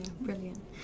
brilliant